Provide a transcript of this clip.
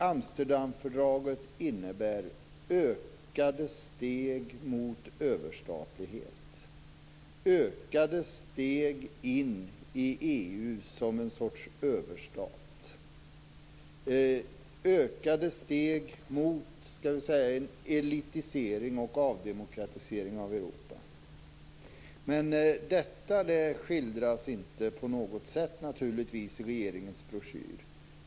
Amsterdamfördraget innebär ökade steg mot överstatlighet, ökade steg in i EU som en sorts överstat, ökade steg mot en elitisering och avdemokratisering av Europa. Men detta skildras naturligtvis inte på något sätt i regeringens broschyr.